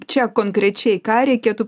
čia konkrečiai ką reikėtų